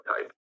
type